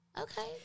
Okay